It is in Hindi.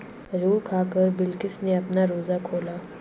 खजूर खाकर बिलकिश ने अपना रोजा खोला